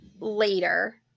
later